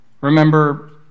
Remember